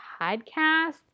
podcast